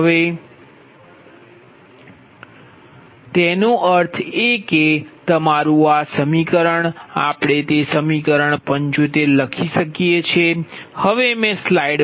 તેથી તેનો અર્થ એ કે તમારું આ સમીકરણ આપણે તે સમીકરણ 75 લખી શકીએ છીએ